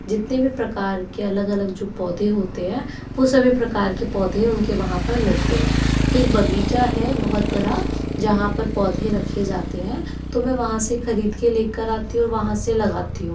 जितने भी प्रकार के जो अलग अलग पौधे होते हैं वो सभी प्रकार के पौधे उन के वहाँ पर मिलते हैं तो एक बगीचा है बहुत बड़ा जहाँ पर पौधे रखे जाते हैं तो मैं वहाँ से खरीद के ले कर आती हूँ और वहाँ से लगाती हूँ